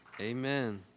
Amen